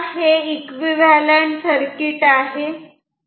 आता हे equivalent circuit आहे